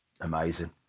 amazing